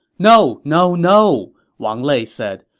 no, no, no! wang lei said.